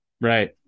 right